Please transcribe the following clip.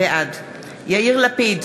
בעד יאיר לפיד,